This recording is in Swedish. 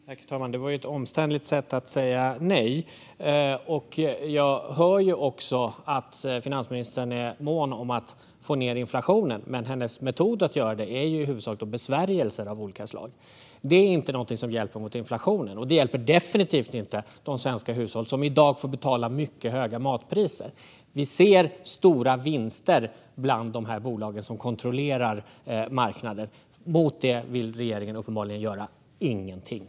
Herr talman! Det var ju ett omständligt sätt att säga nej. Jag hör att finansministern är mån om att få ned inflationen, men hennes metod för att göra det är huvudsakligen besvärjelser av olika slag. Det är inte något som hjälper mot inflationen, och det hjälper definitivt inte de svenska hushåll som i dag får betala mycket höga matpriser. Vi ser stora vinster bland de bolag som kontrollerar marknaden. Mot det vill regeringen uppenbarligen göra ingenting.